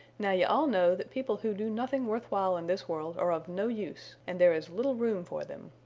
now you all know that people who do nothing worth while in this world are of no use and there is little room for them.